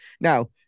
Now